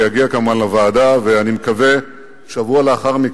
הכנסת אחמד טיבי, אני קורא לך לסדר פעם ראשונה.